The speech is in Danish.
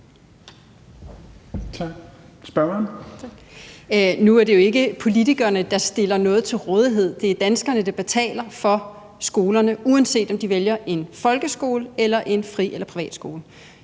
Nu er det jo ikke politikerne, der stiller noget til rådighed; det er danskerne, der betaler for skolerne, uanset om man vælger en folkeskole eller en fri- eller privatskole.